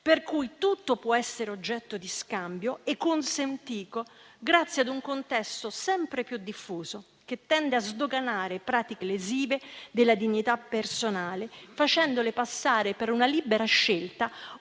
e cultura tutto può essere oggetto di scambio e consentito grazie a un contesto sempre più diffuso che tende a sdoganare pratiche lesive della dignità personale, facendole passare per una libera scelta